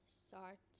start